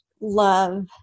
love